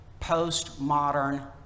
postmodern